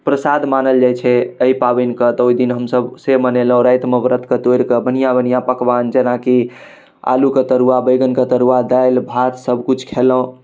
प्रसाद मानल जाइ छै एहि पाबनिके तऽ ओहिदिन हमसभ से मनेलहुँ रातिमे व्रतके तोड़िकऽ बढ़िआँ बढ़िआँ पकवान जेनाकि आलूके तरुआ बैगनके तरुआ दालि भात सबकिछु खेलहुँ